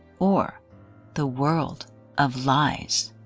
or the world of lies.